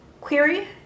query